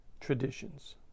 traditions